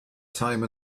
time